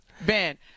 Ben